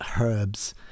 herbs